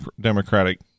Democratic